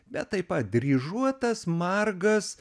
bet taip pat dryžuotas margas